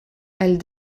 elle